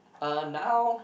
uh now